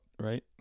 right